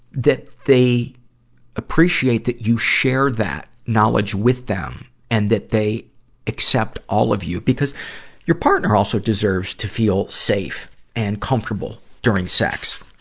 that they appreciate that you share that knowledge with them and that they accept all of you. because your partner also deserves to feel safe and comfortable during sex.